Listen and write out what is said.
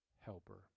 helper